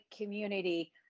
community